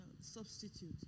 Substitute